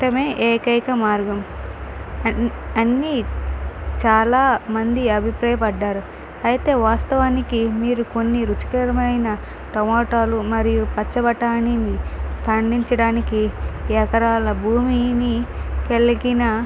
టమే ఏకైక మార్గం అని అని చాలా మంది అభిప్రాయపడ్డారు అయితే వాస్తవానికి మీరు కొన్ని రుచికరమైన టమాటాలు మరియు పచ్చ బటానీని పండించడానికి ఎకరాల భూమిని కలిగిన